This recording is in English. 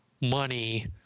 money